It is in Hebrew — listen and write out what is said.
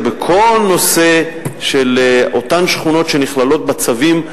בכל הנושא של אותן שכונות שנכללות בצווים,